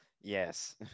Yes